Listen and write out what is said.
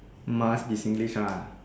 must be Singlish ah